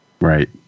Right